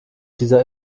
dieser